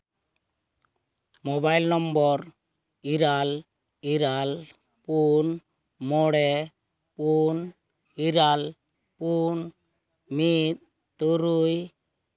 mobile number ᱤᱨᱟᱹᱞ ᱤᱨᱟᱹᱞ ᱯᱩᱱ ᱢᱚᱬᱮ ᱯᱩᱱ ᱤᱨᱟᱹᱞ ᱯᱩᱱ ᱢᱤᱫ ᱛᱩᱨᱩᱭ